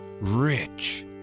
rich